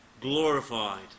glorified